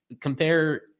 Compare